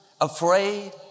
afraid